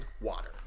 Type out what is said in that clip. water